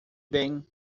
bem